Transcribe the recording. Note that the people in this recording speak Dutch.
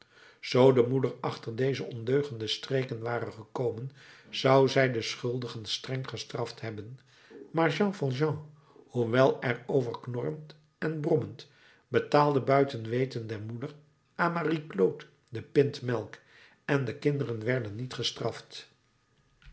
zoo de moeder achter deze ondeugende streken ware gekomen zou zij de schuldigen streng gestraft hebben maar jean valjean hoewel er over knorrend en brommend betaalde buiten weten der moeder aan marie claude de pint melk en de kinderen werden niet gestraft